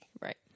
Right